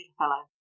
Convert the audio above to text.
fellow